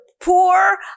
poor